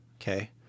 Okay